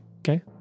Okay